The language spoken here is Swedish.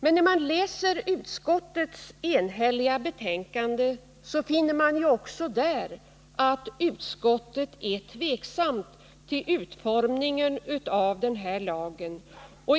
Men när man läser utskottets enhälliga betänkande finner man att också utskottet är tveksamt till utformningen av denna lag.